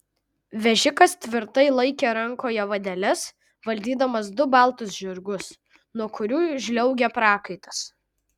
vežikas tvirtai laikė rankoje vadeles valdydamas du baltus žirgus nuo kurių žliaugė prakaitas